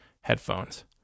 headphones